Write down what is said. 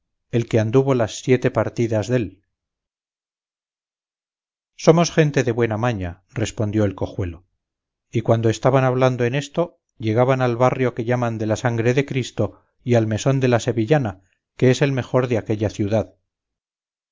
el que anduvo las siete partidas dél somos gente de buena maña respondió el cojuelo y cuando estaban hablando en esto llegaban al barrio que llaman de la sangre de cristo y al mesón de la sevillana que es el mejor de aquella ciudad